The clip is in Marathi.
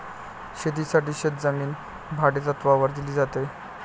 शेतीसाठी शेतजमीन भाडेतत्त्वावर दिली जाते